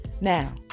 Now